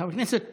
חבר הכנסת פרוש.